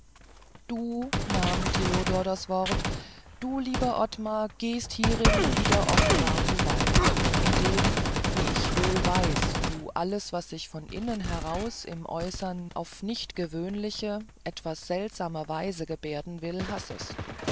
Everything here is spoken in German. du nahm theodor das wort du lieber ottmar gehst hierin wieder offenbar zu weit indem wie ich wohl weiß du alles was sich von innen heraus im äußern auf nicht gewöhnliche etwas seltsame weise gebärden will hassest